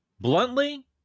bluntly